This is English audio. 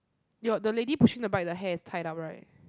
ya the lady pushing the bike the hair is tied up right